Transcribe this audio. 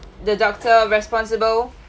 the doctor responsible